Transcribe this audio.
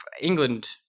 England